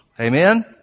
Amen